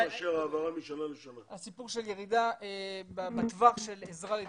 הסיפור של עזרה בדיור,